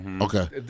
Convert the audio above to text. Okay